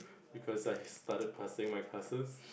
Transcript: because I started passing my classes